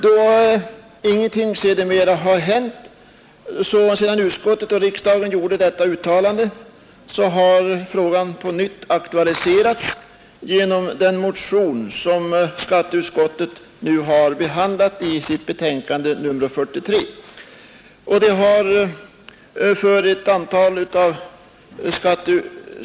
Då ingenting har hänt sedan utskottet och riksdagen gjorde detta uttalande, har frågan på nytt aktualiserats genom den motion som skatteutskottet nu har behandlat i sitt betänkande nr 43.